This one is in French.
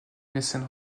mécène